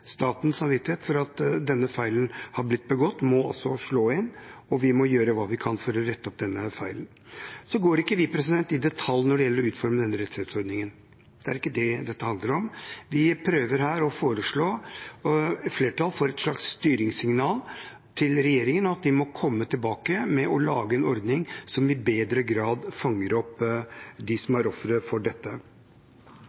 statens samvittighet, for at denne feilen har blitt begått, også må slå inn, og at vi må gjøre hva vi kan for å rette opp denne feilen. Så går ikke vi i detalj når det gjelder å utforme denne rettshjelpsordningen, det er ikke det dette handler om. Vi prøver her å få flertall for et slags styringssignal til regjeringen om at de må komme tilbake med en ordning som i større grad fanger opp dem som